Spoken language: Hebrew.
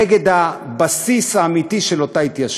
נגד הבסיס האמיתי של אותה התיישבות.